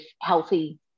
healthy